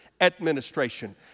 administration